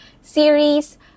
series